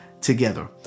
together